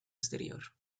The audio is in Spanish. exterior